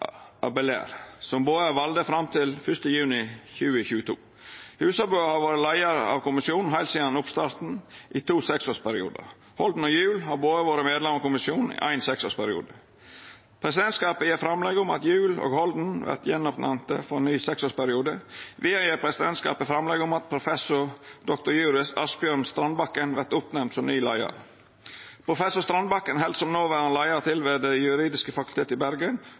Abeler, som begge er valde fram til 1. juni 2022. Husabø har vore leiar av kommisjonen heilt sidan oppstarten, i to seksårsperiodar. Holden og Gjul har begge vore medlemer av kommisjonen i éin seksårsperiode. Presidentskapet gjer framlegg om at Gjul og Holden vert gjenoppnemnde for ein ny seksårsperiode. Vidare gjer presidentskapet framlegg om at professor dr.juris Asbjørn Strandbakken vert oppnemnd som ny leiar. Professor Strandbakken held, som noverande leiar, til ved det juridiske fakultetet i Bergen